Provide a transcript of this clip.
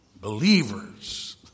believers